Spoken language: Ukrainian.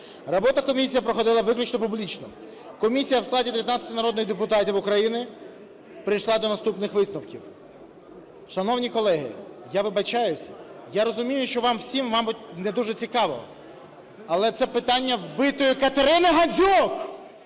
Робота комісії проходила виключно публічно. Комісія у складі 19 народних депутатів України прийшла до наступних висновків. Шановні колеги, я вибачаюсь, я розумію, що вам всім, мабуть, не дуже цікаво, але це питання вбитої Катерини Гандзюк!